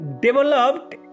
developed